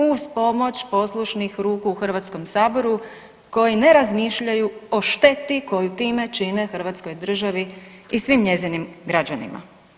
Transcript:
Uz pomoć poslušnih ruku u Hrvatskom saboru, koji ne razmišljaju o šteti koju time čine hrvatskoj državi i svim njezinim građanima.